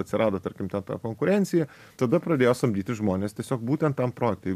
atsirado tarkim ten ta konkurencija tada pradėjo samdyti žmones tiesiog būtent tam projektui